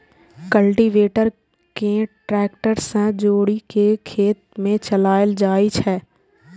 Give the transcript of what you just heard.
cultivator कें tractor सं जोड़ि कें खेत मे चलाएल जाइ छै